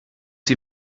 sie